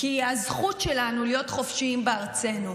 כי זו הזכות שלנו להיות חופשיים בארצנו.